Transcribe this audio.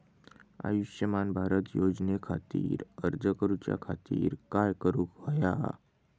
आयुष्यमान भारत योजने खातिर अर्ज करूच्या खातिर काय करुक होया?